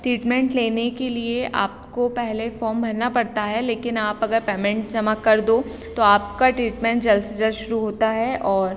treatment लेने के लिए आपको पहले फ़ॉर्म भरना पड़ता है लेकिन आप अगर पैमेंट जमा कर दो तो आपका ट्रीटमेंट जल्द से जल्द शुरू होता है और